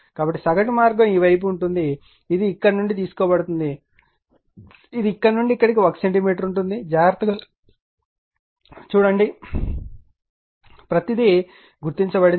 కాబట్టి సగటు మార్గం ఈ వైపు ఉంటుంది ఇది ఇక్కడ నుండి తీసుకోబడుతుంది ఇది ఇక్కడ నుండి ఇక్కడకు 1 సెంటీమీటర్ ఉంటుంది జాగ్రత్తగా చూడండి ప్రతీది గుర్తించబడింది